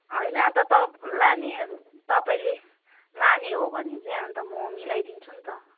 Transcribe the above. होइन अन्त तप् लाने तपाईँले लाने हो भने चाहिँ अन्त म मिलाइदिन्छु नि त